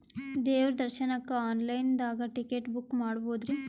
ದೇವ್ರ ದರ್ಶನಕ್ಕ online ದಾಗ ಟಿಕೆಟ ಬುಕ್ಕ ಮಾಡ್ಬೊದ್ರಿ?